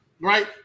Right